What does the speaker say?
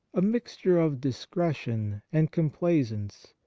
a mixture of discretion and complaisance,